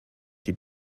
die